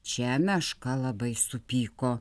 čia meška labai supyko